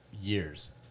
years